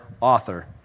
author